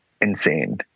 insane